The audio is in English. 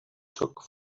took